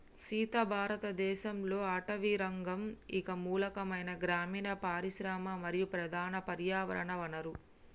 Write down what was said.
సీత భారతదేసంలో అటవీరంగం ఇంక మూలమైన గ్రామీన పరిశ్రమ మరియు ప్రధాన పర్యావరణ వనరు